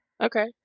okay